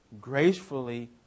gracefully